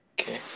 Okay